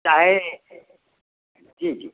चाहे जी जी